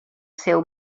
seu